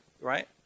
right